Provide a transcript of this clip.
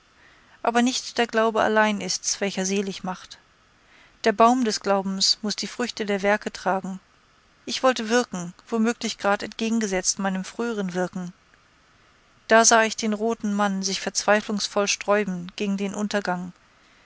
aber nicht der glaube allein ist's welcher selig macht der baum des glaubens muß die früchte der werke tragen ich wollte wirken womöglich grad entgegengesetzt meinem früheren wirken da sah ich den roten mann sich verzweiflungsvoll sträuben gegen den untergang